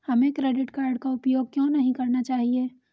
हमें credit card का उपयोग क्यों नहीं करना चाहिए?